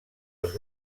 els